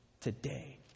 today